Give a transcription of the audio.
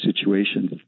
situation